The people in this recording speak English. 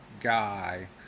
guy